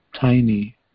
tiny